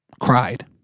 cried